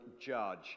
judge